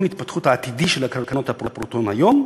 ההתפתחות העתידי של הקרנות הפרוטון היום,